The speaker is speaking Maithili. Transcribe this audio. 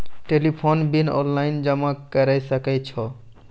टेलीफोन बिल ऑनलाइन जमा करै सकै छौ?